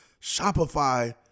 Shopify